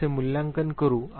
मी कसे मूल्यांकन करू